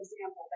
example